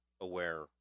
aware